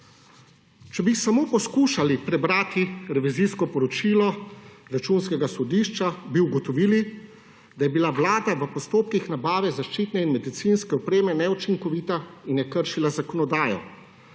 Če bi samo poskušali prebrati revizijsko poročilo Računskega sodišča, bi ugotovili, da je bila vlada v postopkih nabave zaščitne in medicinske opreme neučinkovita in je kršila zakonodajo.